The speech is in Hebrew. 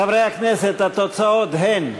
חברי הכנסת, התוצאות הן: